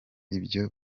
ibyo